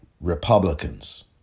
Republicans